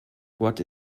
what